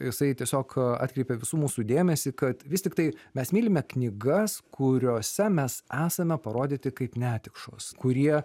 jisai tiesiog atkreipė visų mūsų dėmesį kad vis tiktai mes mylime knygas kuriose mes esame parodyti kaip netikšos kurie